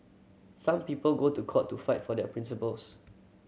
some people go to court to fight for their principles